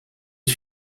het